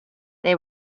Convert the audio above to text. they